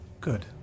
Good